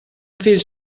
fills